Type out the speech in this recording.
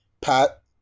Pat